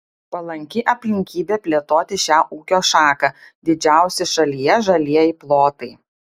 palanki aplinkybė plėtoti šią ūkio šaką didžiausi šalyje žalieji plotai